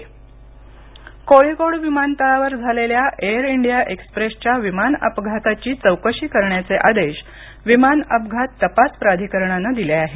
विमान अपघात तपास कोळीकोड विमानतळावर झालेल्या एअर इंडिया एक्सप्रेसच्या विमान अपघाताची चौकशी करण्याचे आदेश विमान अपघात तपास प्राधिकरणानं दिले आहेत